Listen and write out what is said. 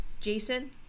Jason